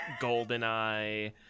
GoldenEye